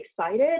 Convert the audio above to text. excited